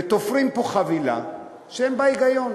ותופרים פה חבילה שאין בה היגיון.